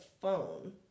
phone